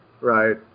right